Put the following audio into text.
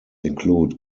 include